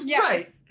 Right